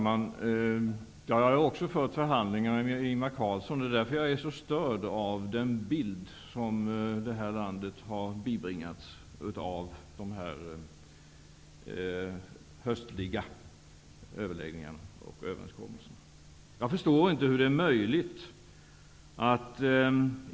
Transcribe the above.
Herr talman! Också jag har fört förhandlingar med Ingvar Carlsson. Därför är jag så störd av den bild av de höstliga överläggningarna och överenskommelserna som detta land har bibringats.